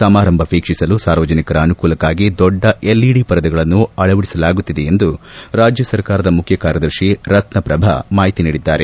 ಸಮಾರಂಭ ವೀಕ್ಷಿಸಲು ಸಾರ್ವಜನಿಕರ ಅನುಕೂಲಕ್ಕಾಗಿ ದೊಡ್ಡ ಎಲ್ಇಡಿ ಪರದೆಗಳನ್ನು ಅಳವಡಿಸಲಾಗುತ್ತಿದೆ ಎಂದು ರಾಜ್ಯ ಸರ್ಕಾರದ ಮುಖ್ಯ ಕಾರ್ಯದರ್ತಿ ರತ್ನಪ್ರಭಾ ಮಾಹಿತಿ ನೀಡಿದ್ದಾರೆ